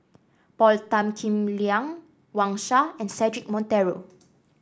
Paul Tan Kim Liang Wang Sha and Cedric Monteiro